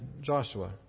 Joshua